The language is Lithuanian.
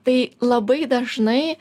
tai labai dažnai